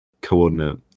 coordinate